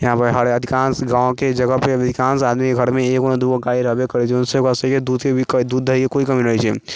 इहाँपर हर अधिकांश गांवके जगहपर अधिकांश आदमी घरमे एगो दुगो गाय रहबे करै छै ओइसँ ओकरा सभके दूध दहीके कोइ कमी नहि रहै छै